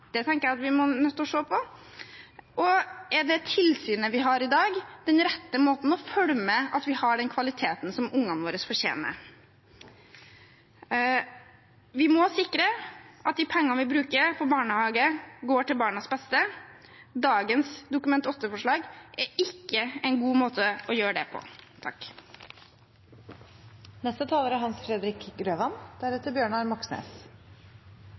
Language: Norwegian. Det tenker jeg at vi er nødt til å se på. Og er det tilsynet vi har i dag, den rette måten å følge med på at vi har den kvaliteten som ungene våre fortjener? Vi må sikre at de pengene vi bruker på barnehage, går til barnas beste. Dagens Dokument 8-forslag er ikke en god måte å gjøre det på. Kvalitet i barnehagen er